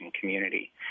Community